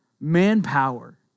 manpower